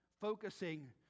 focusing